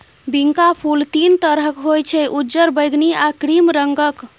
बिंका फुल तीन तरहक होइ छै उज्जर, बैगनी आ क्रीम रंगक